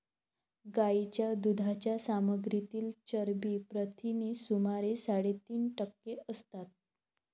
गायीच्या दुधाच्या सामग्रीतील चरबी प्रथिने सुमारे साडेतीन टक्के असतात